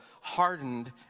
hardened